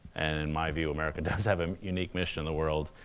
and in my view, america does have a unique mission in the world.